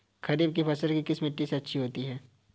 खरीफ की फसल किस मिट्टी में अच्छी होती है?